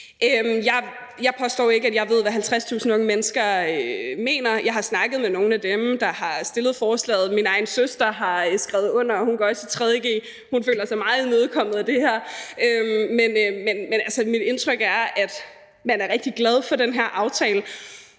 Jeg påstår ikke, at jeg ved, hvad 50.000 unge mennesker mener. Jeg har snakket med nogle af dem, der har stillet forslaget; min egen søster har skrevet under, hun går også i 3. g, og hun føler sig meget imødekommet af det her. Men altså, mit indtryk er, at man er rigtig glad for den her aftale,